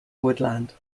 woodland